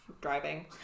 driving